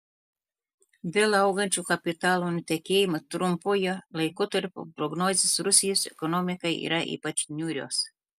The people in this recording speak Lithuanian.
dėl augančio kapitalo nutekėjimo trumpojo laikotarpio prognozės rusijos ekonomikai yra ypač niūrios